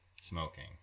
smoking